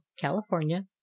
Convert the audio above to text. California